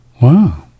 Wow